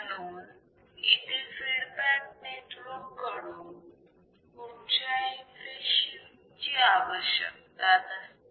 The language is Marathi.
म्हणून इथे फीडबॅक नेटवर्क कडून कुठच्याही फेज शिफ्ट ची आवश्यकता नसते